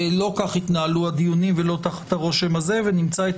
לא כך יתנהלו הדיונים ולא תחת הרושם הזה ונמצא את